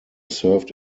served